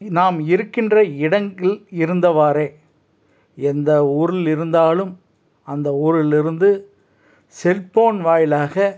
நாம் இருக்கின்ற இடங்கள் இருந்தவாறே எந்த ஊரில் இருந்தாலும் அந்த ஊரில் இருந்து செல்போன் வாயிலாக